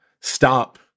stop